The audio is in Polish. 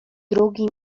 drugim